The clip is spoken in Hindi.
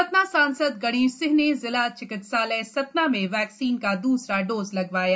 सतना सांसद गणेश सिंह ने जिला चिकित्सालय सतना में वैक्सीन का दूसरा डोज लगवाया